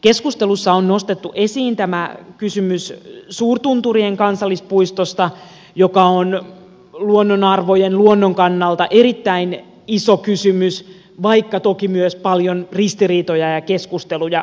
keskustelussa on nostettu esiin kysymys suurtunturien kansallispuistosta joka on luonnonarvojen luonnon kannalta erittäin iso kysymys vaikka toki myös paljon ristiriitoja ja keskusteluja herättävä